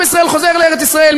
עם ישראל חוזר לארץ-ישראל,